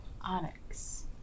Onyx